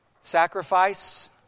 Sacrifice